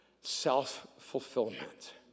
self-fulfillment